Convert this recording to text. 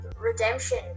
Redemption